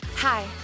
Hi